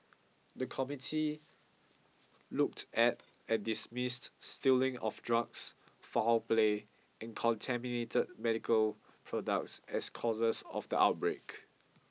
the committee looked at and dismissed stealing of drugs foul play and contaminated medical products as causes of the outbreak